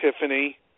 Tiffany